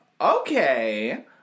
Okay